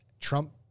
Trump